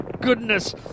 goodness